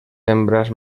hembras